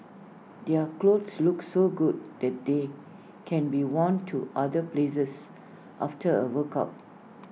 their clothes look so good that they can be worn to other places after A workout